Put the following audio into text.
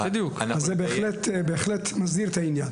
זה בהחלט מסדיר את העניין.